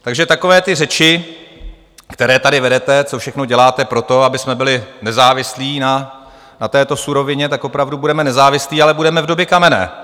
Takže takové ty řeči, které tady vedete, co všechno děláte pro to, abychom byli nezávislí na této surovině tak opravdu budeme nezávislí, ale budeme v době kamenné.